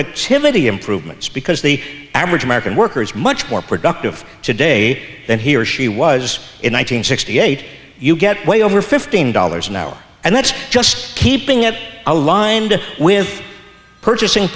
productivity improvements because the average american worker is much more productive today than he or she was in one nine hundred sixty eight you get way over fifteen dollars an hour and that's just keeping it aligned with purchasing